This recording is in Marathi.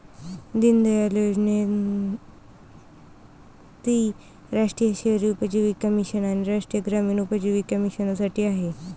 दीनदयाळ योजनेत ती राष्ट्रीय शहरी उपजीविका मिशन आणि राष्ट्रीय ग्रामीण उपजीविका मिशनसाठी आहे